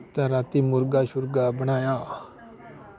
ते राती मुर्गा शुर्गा बनाया